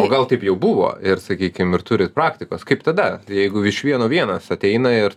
o gal taip jau buvo ir sakykim ir turit praktikos kaip tada jeigu iš vieno vienas ateina ir